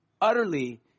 utterly